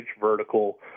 vertical